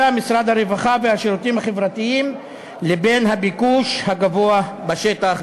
משרד הרווחה והשירותים החברתיים לבין הביקוש הגבוה בשטח,